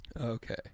Okay